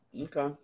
Okay